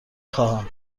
خواهم